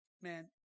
Man